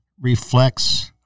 reflects